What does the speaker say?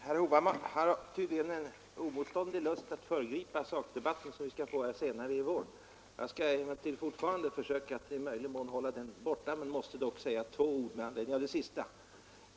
Herr talman! Herr Hovhammar har tydligen en oemotståndlig lust att föregripa den sakdebatt som vi kommer att få senare i vår. Jag skall emellertid fortfarande försöka att i möjligaste mån hålla mig borta från den debatten men måste säga några ord med anledning av det senaste som herr Hovhammar yttrade.